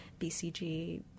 BCG